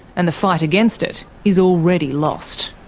and the fight against it is already lost.